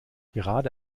gerade